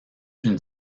une